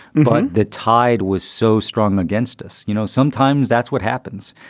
but the tide was so strong against us. you know, sometimes that's what happens.